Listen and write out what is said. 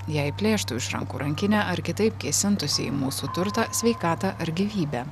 jei plėštų iš rankų rankinę ar kitaip kėsintųsi į mūsų turtą sveikatą ar gyvybę